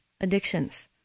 addictions